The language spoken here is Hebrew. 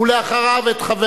אחריו, חבר